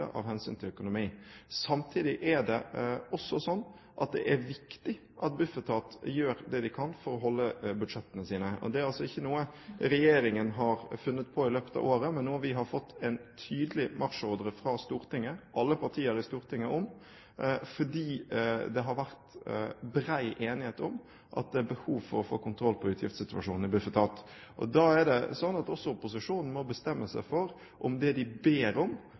av hensyn til økonomi. Samtidig er det også slik at det er viktig at Bufetat gjør det de kan for å holde budsjettene sine. Det er altså ikke noe regjeringen har funnet på i løpet av året, men noe vi har fått en tydelig marsjordre om fra alle partier i Stortinget, fordi det har vært bred enighet om at det er behov for å få kontroll på utgiftssituasjonen i Bufetat. Da er det slik at også opposisjonen må bestemme seg for om det de ber om